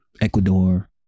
ecuador